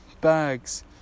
bags